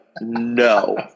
no